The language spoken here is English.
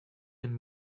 can